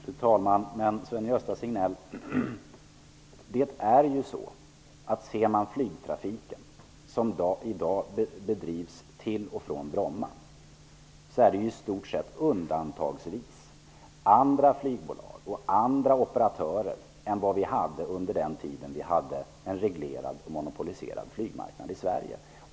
Fru talman! Men, Sven-Gösta Signell, dagens flygtrafik till och från Bromma bedrivs i stort sett undantagsvis av andra flygbolag och andra operatörer än vad som fanns under den tid då vi hade en reglerad och monopoliserad flygmarknad i Sverige.